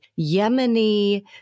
Yemeni